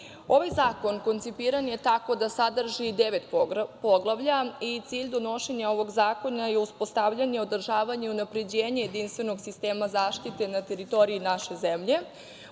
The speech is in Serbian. zakon koncipiran je tako da sadrži devet poglavlja i cilj donošenja ovog zakona je: uspostavljanje, održavanje, unapređenje jedinstvenog sistema zaštite na teritoriji naše zemlje,